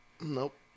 nope